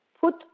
put